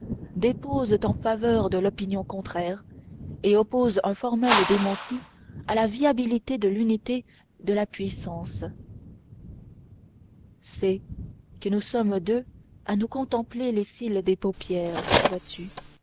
déposent en faveur de l'opinion contraire et opposent un formel démenti à la viabilité de l'unité de la puissance c'est que nous sommes deux à nous contempler les cils des paupières vois-tu